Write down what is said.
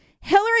Hillary